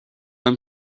вам